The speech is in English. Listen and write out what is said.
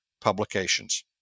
publications